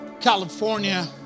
California